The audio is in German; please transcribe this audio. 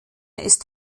ist